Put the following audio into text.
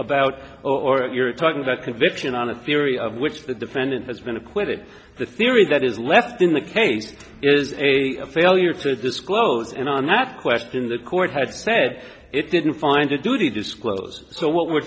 about or you're talking about conviction on a theory of which the defendant has been acquitted the theory that is left in the case is a failure to disclose and on that question the court had said it didn't find a duty disclose so what we're